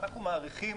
אנחנו מעריכים